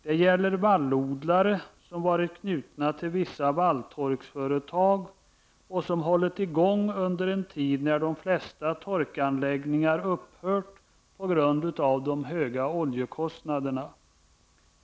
Det gäller en del vallodlare som har varit knutna till vissa valltorksföretag och som har hållit i gång under en tid när de flesta torkanläggningar har upphört på grund av de höga oljekostnaderna.